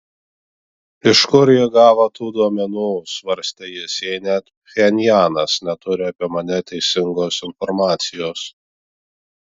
iš kur ji gavo tų duomenų svarstė jis jei net pchenjanas neturi apie mane teisingos informacijos